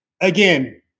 again